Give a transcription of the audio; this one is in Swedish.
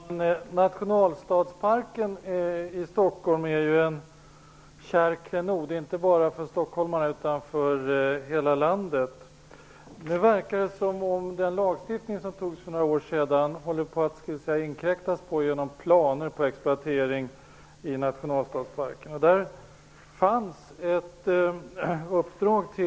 Herr talman! Nationalstadsparken i Stockholm är ju en kär klenod, inte bara för stockholmare utan för människor i hela landet. Nu verkar det som om det håller på att inkräktas på den lagstiftning som antogs för några år sedan genom planer på exploatering i Nationalstadsparken.